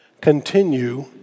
Continue